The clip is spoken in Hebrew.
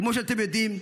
כמו שאתם יודעים,